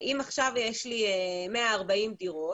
אם עכשיו יש לי 140 דירות,